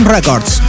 Records